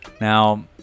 now